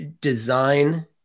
design